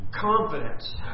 confidence